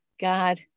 God